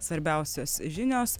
svarbiausios žinios